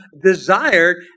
desired